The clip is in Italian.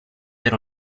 ero